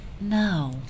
no